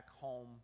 home